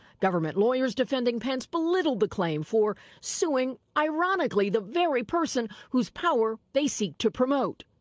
government lawyers defending pence belittled the claim for suing, ironically, the very person, whose power they seek to promote.